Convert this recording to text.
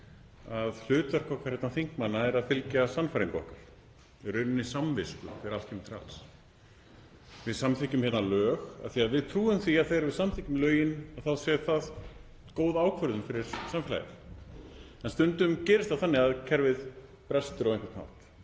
Hlutverk okkar þingmanna er að fylgja sannfæringu okkar, í rauninni samvisku þegar allt kemur til alls. Við samþykkjum hérna lög af því að við trúum því að þegar við samþykkjum lögin þá sé það góð ákvörðun fyrir samfélagið. En stundum gerist það þannig að kerfið brestur á einhvern hátt.